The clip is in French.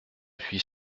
suis